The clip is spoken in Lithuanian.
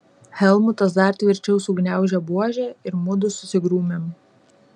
helmutas dar tvirčiau sugniaužė buožę ir mudu susigrūmėm